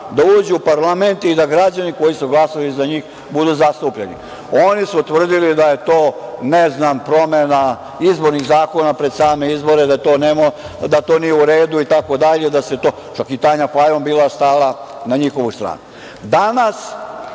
da uđu u parlament i da građani koji su glasali za njih budu zastupljeni. Oni su tvrdili da je to, ne znam, promena izbornih zakona pred same izbore, da to nije u redu itd. Čak i Tanja Fajon je bila stala na njihovu stranu. Danas,